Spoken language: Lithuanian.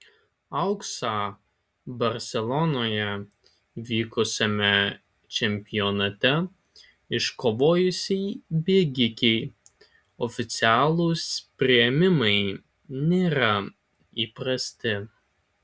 auksą barselonoje vykusiame čempionate iškovojusiai bėgikei oficialūs priėmimai nėra įprasti